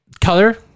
color